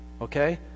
Okay